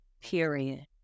Period